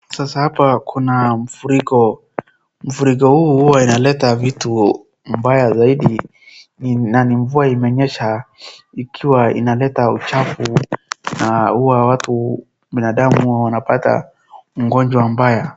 Sasa hapa kuna mafuriko, mafuriko haya huwa yanaleta vitu mbaya zaidi na ni mvua imenyesha ikiwa inaleta uchafu na huwa watu, binadamu huwa wanapata ugonjwa mbaya.